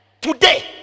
today